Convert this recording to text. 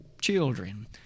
children